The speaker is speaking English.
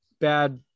bad